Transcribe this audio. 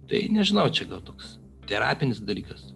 tai nežinau čia gal toks terapinis dalykas